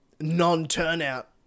non-turnout